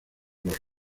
los